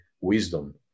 wisdom